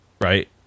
right